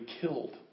killed